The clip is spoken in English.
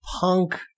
punk